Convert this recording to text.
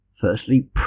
Firstly